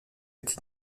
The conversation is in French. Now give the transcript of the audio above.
est